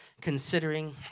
considering